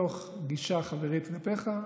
מתוך גישה חברית כלפיך,